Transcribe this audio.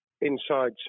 inside